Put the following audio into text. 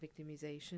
victimization